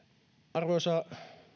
arvoisa